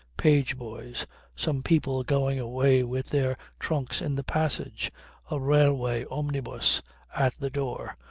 page boys some people going away with their trunks in the passage a railway omnibus at the door,